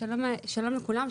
שלום לכולם.